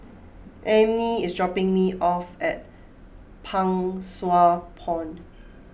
Emmie is dropping me off at Pang Sua Pond